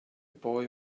boy